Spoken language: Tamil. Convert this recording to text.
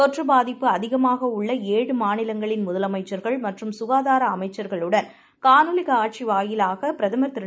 தொற்றுபாதிப்புஅதிகமாகஉள்ளஏழுமாநிலங்களின்முத லமைச்சர்கள்மற்றும்சுகாதாரஅமைச்சர்களுடன் காணொளிவாயிலாகபிரதமர்திரு